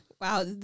Wow